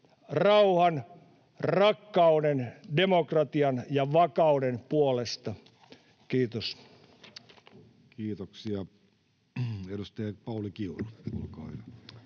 rauhan, rakkauden, demokratian ja vakauden puolesta. — Kiitos. Kiitoksia. — Edustaja Pauli Kiuru, olkaa hyvä.